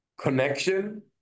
connection